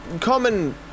common